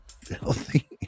filthy